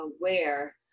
aware